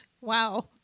wow